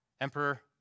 Emperor